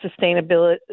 sustainability